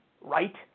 right